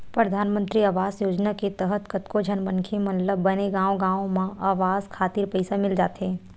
परधानमंतरी आवास योजना के तहत कतको झन मनखे मन ल बने गांव गांव म अवास खातिर पइसा मिल जाथे